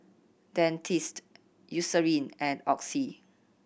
Dentiste Eucerin and Oxy